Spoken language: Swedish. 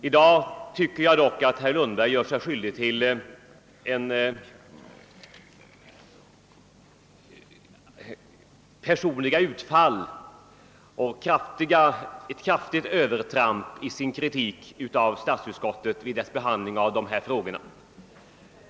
I dag tycker jag dock att herr Lundberg gör sig skyldig till personliga utfall och ett kraftigt övertramp i sin kritik av statsutskottet och dess behandling av dessa frågor.